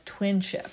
twinship